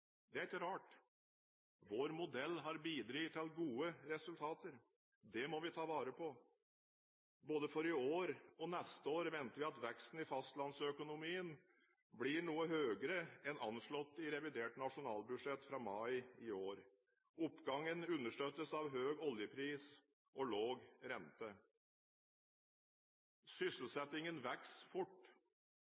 Det er ikke rart. Vår modell har bidratt til gode resultater. Det må vi ta vare på. Både for i år og neste år venter vi at veksten i fastlandsøkonomien blir noe høyere enn anslått i revidert nasjonalbudsjett fra mai i år. Oppgangen understøttes av høy oljepris og lav rente. Sysselsettingen vokser fort.